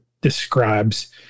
describes